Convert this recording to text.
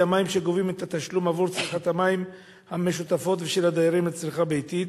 המים שגובים את התשלום עבור צריכת המים המשותפת של הדיירים לצריכה ביתית?